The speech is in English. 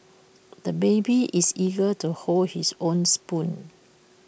the baby is eager to hold his own spoon